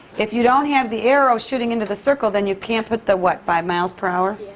if you don't have the arrow shooting into the circle, then you can't put the what? five miles per hour?